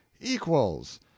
equals